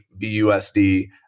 BUSD